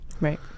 Right